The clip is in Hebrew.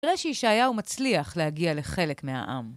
ר ישעיהו מצליח להגיע לחלק מהעם.